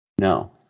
No